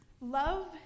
Love